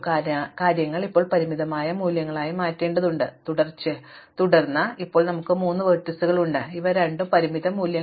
അതിനാൽ കാര്യങ്ങൾ ഇപ്പോൾ പരിമിതമായ മൂല്യങ്ങളായി മാറേണ്ടതുണ്ട് തുടർന്ന് പ്രതീക്ഷിച്ചതാണ് ഇപ്പോൾ നമുക്ക് ഈ മൂന്ന് ലംബങ്ങളുണ്ട് അവ രണ്ടും പരിമിത മൂല്യങ്ങളാണ്